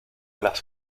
las